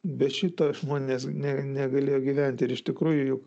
bet šito žmonės ne negalėjo gyventi ir iš tikrųjų juk